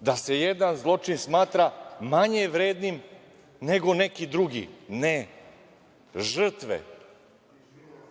da se jedan zločin smatra manje vrednim nego neki drugi. Ne, žrtve